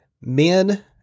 Men